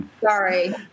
sorry